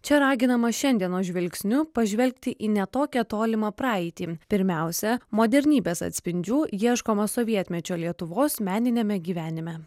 čia raginama šiandienos žvilgsniu pažvelgti į ne tokią tolimą praeitį pirmiausia modernybės atspindžių ieškoma sovietmečio lietuvos meniniame gyvenime